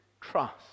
trust